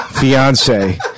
Fiance